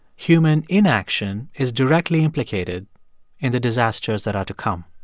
human inaction is directly implicated in the disasters that are to come